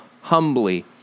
humbly